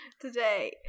today